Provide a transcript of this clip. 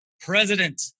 president